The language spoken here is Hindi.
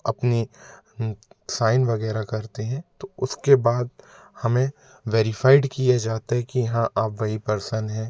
अपनी साइन वग़ैरह करते हैं तो उसके बाद हमें वेरीफाइड किया जाता है कि हाँ आप वही पर्सन हैं